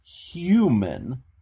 human